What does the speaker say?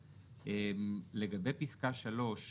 לגבי פסקה (3),